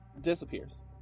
disappears